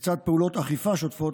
לצד פעולות אכיפה שוטפות,